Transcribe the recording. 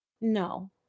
No